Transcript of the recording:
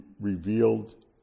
revealed